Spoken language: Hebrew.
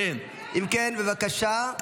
אם כן, בבקשה.